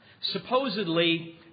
supposedly